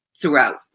throughout